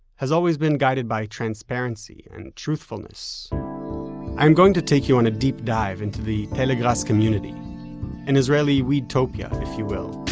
has always been guided by transparency and truthfulness i am going to take you on a deep dive into the telegrass community an israeli weedtopia if you will,